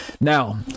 now